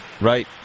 Right